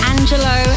Angelo